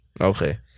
Okay